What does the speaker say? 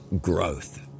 growth